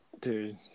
Dude